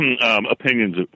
opinions